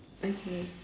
okay